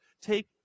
take